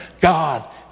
God